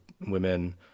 women